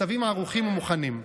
הצווים ערוכים ומוכנים.